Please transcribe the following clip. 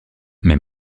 mes